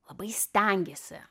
labai stengėsi